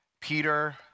Peter